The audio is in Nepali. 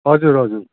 हजुर हजुर